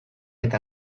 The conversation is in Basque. eta